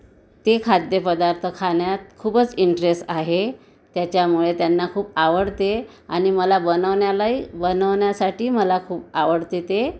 ते खाद्यपदार्थ खाण्यात खूपच इंटरेस आहे त्याच्यामुळे त्यांना खूप आवडते आणि मला बनवण्यालाही बनवण्यासाठीही मला खूप आवडते ते